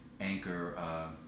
Anchor